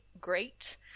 great